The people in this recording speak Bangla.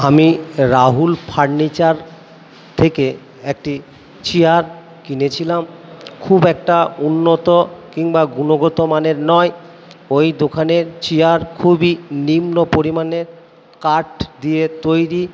আমি রাহুল ফার্নিচার থেকে একটি চেয়ার কিনেছিলাম খুব একটা উন্নত কিংবা গুণগত মানের নয় ওই দোকানের চেয়ার খুবই নিম্ন পরিমাণের কাঠ দিয়ে তৈরি